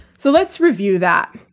so, let's review that.